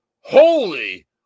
Holy